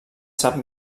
sap